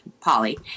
Polly